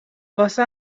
واسه